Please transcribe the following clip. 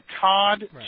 Todd